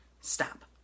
stop